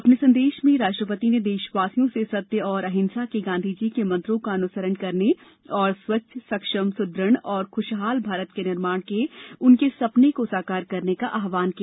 अपने संदेश में राष्ट्रपति ने देशवासियों से सत्य और अहिंसा के गांधी जी के मंत्रों का अनुसरण करने और स्वच्छ सक्षम सुद्रद्व तथा खुशहाल भारत के निर्माण के उनके सपने को साकार करने का आह्वान किया